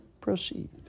proceed